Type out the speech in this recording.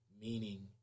meaning